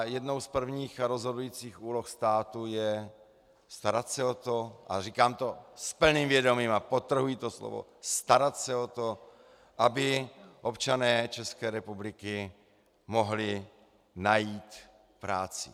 Jednou z prvních a rozhodujících úloh státu je starat se o to a říkám to s plným vědomím a podtrhuji to slovo starat se , aby občané České republiky mohli najít práci.